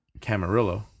Camarillo